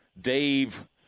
Dave